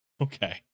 Okay